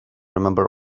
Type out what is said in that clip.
remember